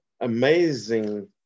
amazing